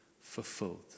fulfilled